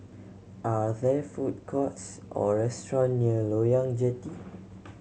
are there food courts or restaurant near Loyang Jetty